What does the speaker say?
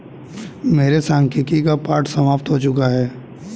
मेरे सांख्यिकी का पाठ समाप्त हो चुका है